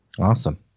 Awesome